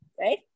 right